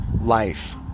life